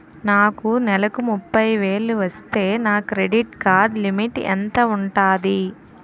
నాకు నెలకు ముప్పై వేలు వస్తే నా క్రెడిట్ కార్డ్ లిమిట్ ఎంత ఉంటాది?